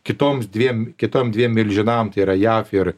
kitoms dviem kitom dviem milžinam tai yra jav ir